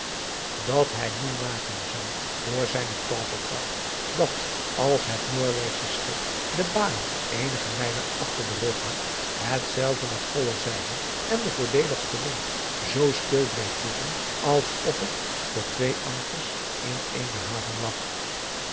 dat hij nu maken zou door zijne tooverkracht dat als het noorweegsche schip de baai eenige mijlen achter den rug had het zelve met volle zeilen en den voordeeligsten wind zoo stil bleef liggen als of het voor twee ankers in eene haven lag